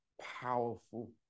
powerful